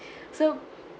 so